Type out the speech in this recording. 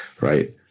right